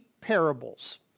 parables